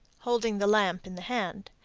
holding the lamp in the hand.